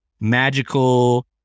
magical